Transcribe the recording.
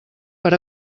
per